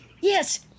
yes